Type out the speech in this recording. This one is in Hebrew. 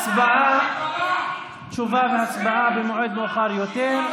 תשובה והצבעה במועד מאוחר יותר.